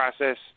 process